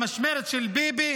במשמרת של ביבי